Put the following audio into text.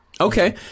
Okay